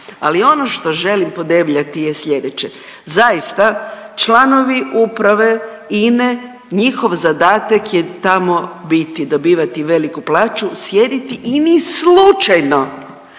Ali ono što želim podebljati je slijedeće. Zaista, članovi uprave INE njihov zadatak tamo biti, dobivati veliku plaću, sjediti i ni slučajno